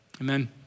Amen